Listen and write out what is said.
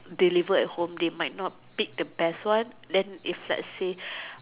deliver at home they might not pick the best one then if let's say